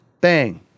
Bang